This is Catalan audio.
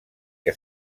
que